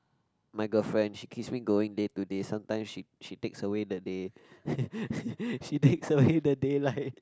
my girlfriend she keeps me going day to day sometimes she she takes away the day she takes away the daylight